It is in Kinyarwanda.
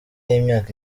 y’imyaka